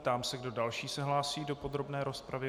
Ptám se, kdo další se hlásí do podrobné rozpravy.